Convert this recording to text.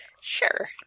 Sure